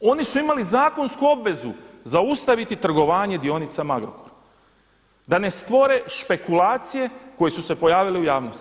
Oni su imali zakonsku obvezu zaustaviti trgovanje dionicama Agrokora, da ne stvore špekulacije koje su se pojavile u javnosti.